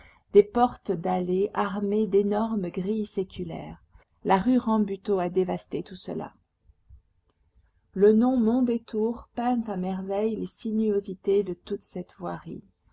des portes d'allées armées d'énormes grilles séculaires la rue rambuteau a dévasté tout cela le nom mondétour peint à merveille les sinuosités de toute cette voirie